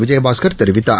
விஜயபாஸ்கர் தெரிவித்தார்